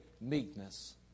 meekness